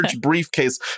briefcase